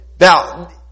Now